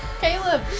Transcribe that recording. Caleb